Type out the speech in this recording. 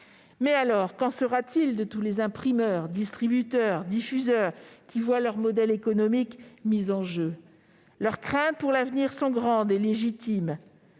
de lire. Qu'en sera-t-il pour tous les imprimeurs, distributeurs, diffuseurs, qui voient leur modèle économique mis en jeu ? Leurs craintes pour l'avenir sont grandes et légitimes.